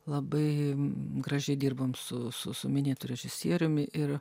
labai gražiai dirbom su su su minėtu režisieriumi ir